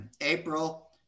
April